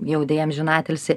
jau deja amžinatilsį